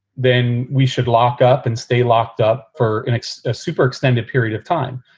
then we should lock up and stay locked up for a super extended period of time.